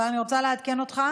אני רוצה לעדכן אותך